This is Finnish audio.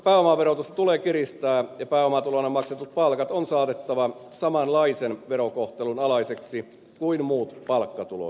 pääomaverotusta tulee kiristää ja pääomatulona maksetut palkat on saatettava samanlaisen verokohtelun alaiseksi kuin muut palkkatulot